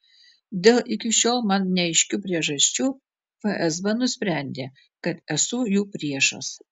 dėl iki šiol man neaiškių priežasčių fsb nusprendė kad esu jų priešas